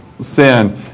sin